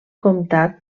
comtat